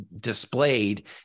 displayed